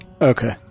Okay